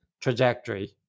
trajectory